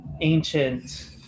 ancient